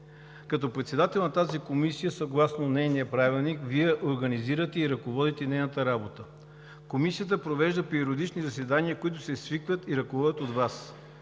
Като председател на тази комисия, съгласно правилника ѝ, Вие организирате и ръководите нейната работа. Комисията провежда периодични заседания, които се свикват и ръководят от Вас.